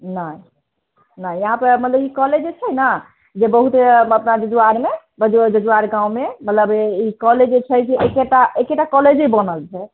नहि नहि यहाँ पर मतलब ई कॉलेज जे छै ने जे बहुत मतलब अपना जजुआरमे जजुआर गावँमे मतलब ई कौलेज जे छै से एकेटा एकेटा कॉलेजे बनल छै